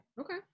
Okay